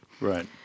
Right